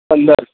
પંદર